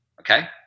Okay